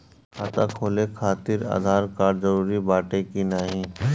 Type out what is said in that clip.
खाता खोले काहतिर आधार कार्ड जरूरी बाटे कि नाहीं?